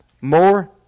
More